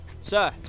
Sir